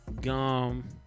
gum